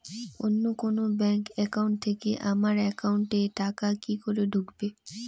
অন্য কোনো bank account থেকে আমার একাউন্ট এ টাকা কি করে ঢুকবে?